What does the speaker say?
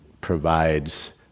provides